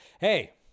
hey